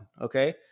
Okay